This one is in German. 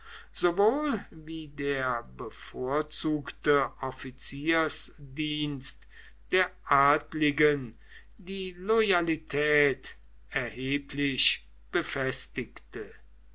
sowohl wie der bevorzugte offiziersdienst der adligen die loyalität erheblich befestigte